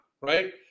right